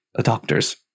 adopters